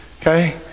Okay